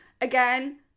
again